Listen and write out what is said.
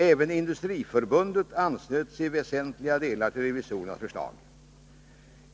Även Industriförbundet anslöt sig i väsentliga delar till revisorernas förslag.